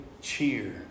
cheer